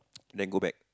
then go back